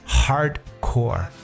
hardcore